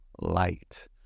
light